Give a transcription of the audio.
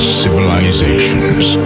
civilizations